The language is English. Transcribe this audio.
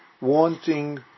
wanting